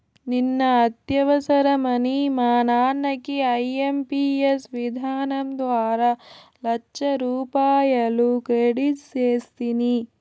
నిన్న అత్యవసరమని మా నాన్నకి ఐఎంపియస్ విధానం ద్వారా లచ్చరూపాయలు క్రెడిట్ సేస్తిని